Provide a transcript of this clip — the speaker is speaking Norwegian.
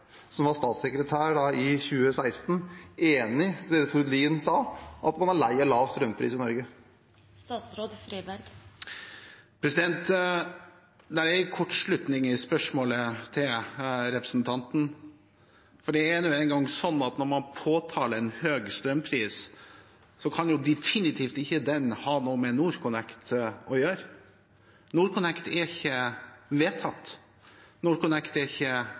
som var statssekretær i 2016, enig i det Tord Lien sa, at man er lei av lav strømpris i Norge? Det er en kortslutning i spørsmålet fra representanten, for det er nå engang sånn at når man påtaler høy strømpris, kan den definitivt ikke ha noe med NorthConnect å gjøre. NorthConnect er ikke vedtatt, NorthConnect er ikke